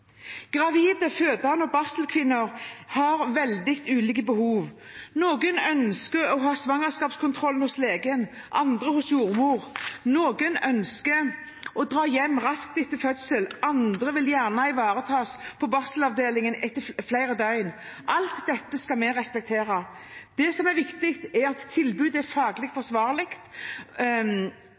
Gravide, fødende og barselkvinner har veldig ulike behov. Noen ønsker å ha svangerskapskontrollen hos legen, andre hos jordmor. Noen ønsker å dra hjem raskt etter fødselen, andre vil gjerne ivaretas på barselavdelingen i flere døgn. Alt dette skal vi respektere. Det som er viktig, er at tilbudet er faglig forsvarlig,